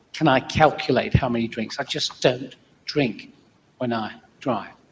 can i calculate how many drinks, i just don't drink when i drive,